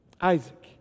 Isaac